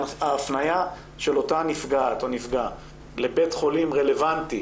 ההפניה של אותה נפגעת או נפגע לבית חולים רלוונטי,